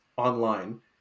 online